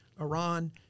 Iran